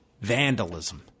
Vandalism